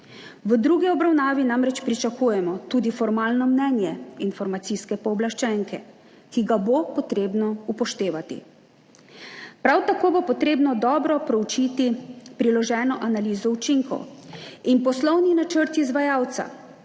V drugi obravnavi namreč pričakujemo tudi formalno mnenje informacijske pooblaščenke, ki ga bo treba upoštevati. Prav tako bo treba dobro proučiti priloženo analizo učinkov in poslovni načrt izvajalca,